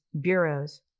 bureaus